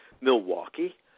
Milwaukee